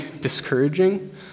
discouraging